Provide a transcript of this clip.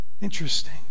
Interesting